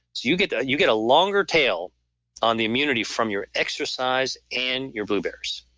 you get ah you get a longer tail on the immunity from your exercise and your blueberries